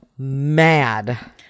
mad